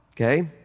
Okay